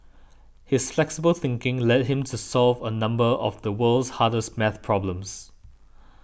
his flexible thinking led him to solve a number of the world's hardest math problems